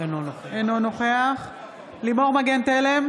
אינו נוכח לימור מגן תלם,